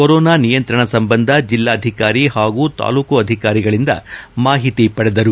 corona ನಿಯಂತ್ರಣ ಸಂಬಂಧ ಜಿಲ್ಲಾಧಿಕಾರಿ ಪಾಗೂ ತಾಲ್ಲೂಕು ಅಧಿಕಾರಿಗಳಿಂದ ಮಾಹಿತಿ ಪಡೆದರು